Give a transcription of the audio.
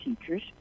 teachers